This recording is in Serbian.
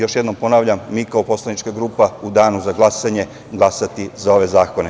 Još jednom ponavljam, mi kao poslanička grupa ćemo u danu za glasanje glasati za ove zakone.